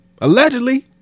Allegedly